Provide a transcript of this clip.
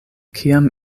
kiam